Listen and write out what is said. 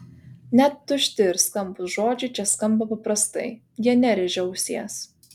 net tušti ir skambūs žodžiai čia skamba paprastai jie nerėžia ausies